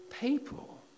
people